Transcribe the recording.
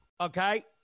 Okay